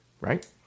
right